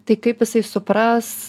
tai kaip jisai supras